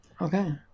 Okay